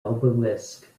obelisk